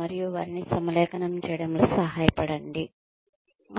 మరియు వారిని సమలేఖనం చేయడంలో సహాయపడండి